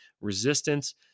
resistance